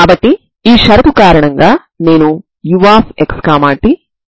కాబట్టి ఇప్పుడు మీకున్న ఏకైక ఆప్షన్ λ 2